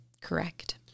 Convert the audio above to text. Correct